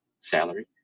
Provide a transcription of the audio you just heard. salary